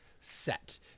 set